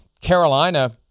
Carolina